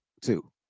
Two